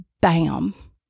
Bam